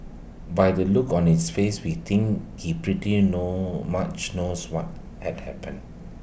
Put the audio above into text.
by the look on its face we think he pretty know much knows what had happened